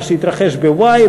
מה שהתרחש בוואי,